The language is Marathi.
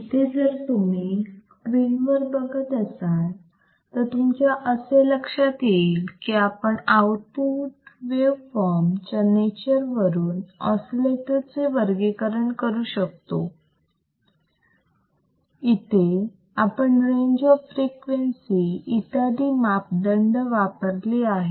इथे जर तुम्ही स्क्रीन वर बघत असाल तर तुमच्या असे लक्षात येईल की आपण आउटपुट वेव फॉर्म च्या नेचर वरून ऑसिलेटर चे वर्गीकरण करू शकतो इथे आपण रेंज ऑफ फ्रिक्वेन्सी इत्यादी मापदंड वापरली आहेत